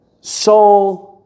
soul